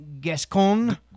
Gascon